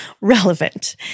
relevant